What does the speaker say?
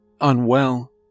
unwell